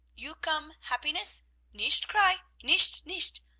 you come happiness nicht cry, nicht! nicht!